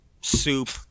soup